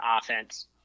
offense